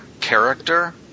character